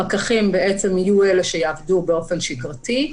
הפקחים יהיו אלה שיעבדו באופן שגרתי,